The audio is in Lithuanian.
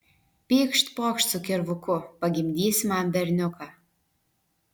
pykšt pokšt su kirvuku pagimdysi man berniuką